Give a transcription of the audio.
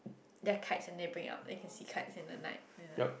their kites and they bring out they can see kites in the night you know